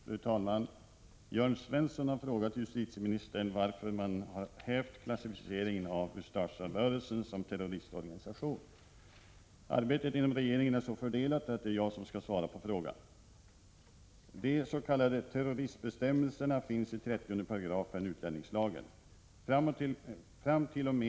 Fru talman! Jörn Svensson har frågat justitieministern varför man har hävt klassificeringen av ”Ustasjarörelsen” som terroristorganisation. Arbetet inom regeringen är så fördelat att det är jag som skall svara på frågan. De s.k. terroristbestämmelserna finns i 30 § utlänningslagen .